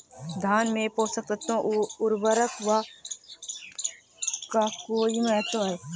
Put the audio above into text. धान में पोषक तत्वों व उर्वरक का कोई महत्व है?